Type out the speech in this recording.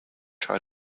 try